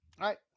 Right